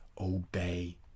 obey